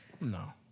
No